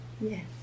yes